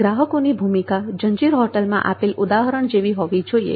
ગ્રાહકોની ભૂમિકા જંજીર હોટલમાં આપેલ ઉદાહરણ જેવી હોવી જોઈએ